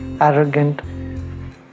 Arrogant